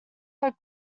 had